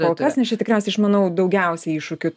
kol kas nes čia tikriausiai aš manau daugiausiai iššūkių